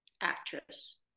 actress